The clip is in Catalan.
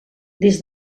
des